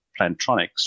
Plantronics